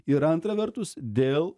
ir antra vertus dėl